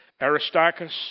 Aristarchus